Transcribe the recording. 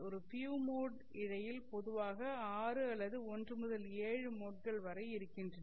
ஒரு few mode இழையில் பொதுவாக 6 அல்லது 1 முதல் 7 மோட்கள் வரை இருக்கின்றது